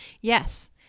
Yes